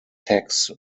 tax